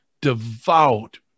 devout